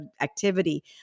activity